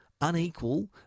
unequal